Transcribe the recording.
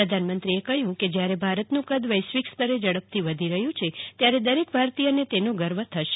પ્રધાનમંત્રીએ કહ્યું કે જ્યારે ભારતનું કદ વૈશ્વિક સ્તરે ઝડપથી વધી રહ્યું છે ત્યારે દરેક ભારતીયને તેનો ગર્વ થશે